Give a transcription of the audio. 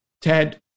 Ted